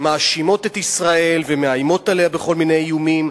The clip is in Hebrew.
שמאשימות את ישראל ומאיימות עליה בכל מיני איומים,